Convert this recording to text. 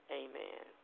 amen